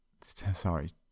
sorry